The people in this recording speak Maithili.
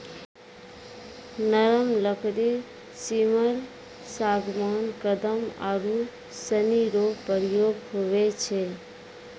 नरम लकड़ी सिमल, सागबान, कदम आरू सनी रो प्रयोग हुवै छै